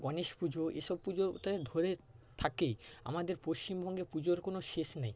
গণেশ পুজো এসব পুজোতে ধরে থাকেই আমাদের পশ্চিমবঙ্গে পুজোর কোনো শেষ নেই